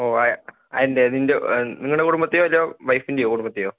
ഓഹ് അതിന്റെ നിന്റെ നിങ്ങളുടെ കുടുംബത്തെയോ അതോ വൈഫിന്റെ കുടുംബത്തേയോ